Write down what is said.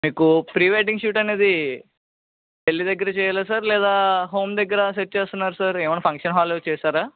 మీకు pre wedding shoot అనేది పెళ్ళి దగ్గర చెయ్యాలా సార్ లేదా హోమ్ దగ్గర సెట్ చేస్తున్నారా సార్ ఏమన్నా ఫంక్షన్ హాల్ చేశారా